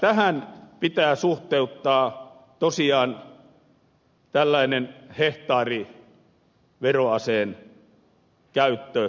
tähän pitää suhteuttaa tosiaan tällainen hehtaariveroaseen käyttö